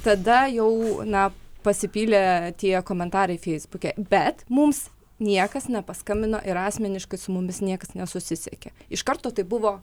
tada jau na pasipylė tie komentarai feisbuke bet mums niekas nepaskambino ir asmeniškai su mumis niekas nesusisiekė iš karto tai buvo